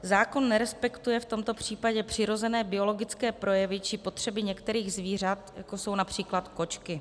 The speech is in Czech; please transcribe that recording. Zákon nerespektuje v tomto případě přirozené biologické projevy či potřeby některých zvířat, jako jsou například kočky.